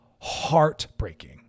heartbreaking